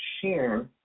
share